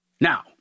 Now